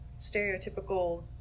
stereotypical